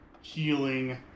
healing